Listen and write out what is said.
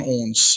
ons